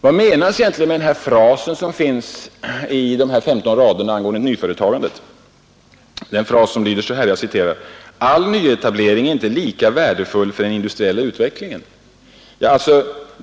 Vad menas egentligen med den fras som finns i de 15 raderna om nyföretagandet och som lyder så här: ”All nyetablering är sålunda inte lika värdefull för den industriella utvecklingen”?